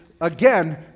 again